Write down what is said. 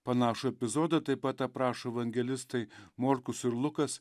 panašų epizodą taip pat aprašo evangelistai morkus ir lukas